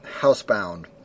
Housebound